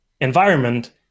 environment